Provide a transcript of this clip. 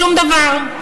שום דבר.